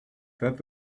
that